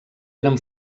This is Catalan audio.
eren